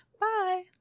bye